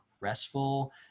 restful